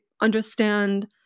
understand